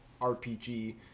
RPG